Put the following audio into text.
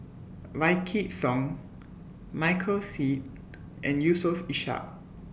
Wykidd Song Michael Seet and Yusof Ishak